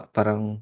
Parang